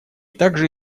также